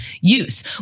use